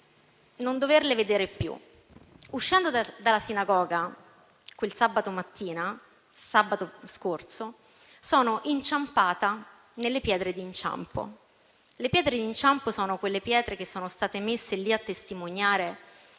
non doverle vedere più. Uscendo dalla sinagoga quel sabato mattina, sabato scorso, sono inciampata nelle pietre d'inciampo. Le pietre d'inciampo sono quelle pietre che sono state messe lì a testimoniare